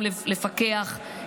גם לפקח,